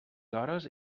hores